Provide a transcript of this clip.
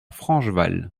francheval